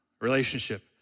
relationship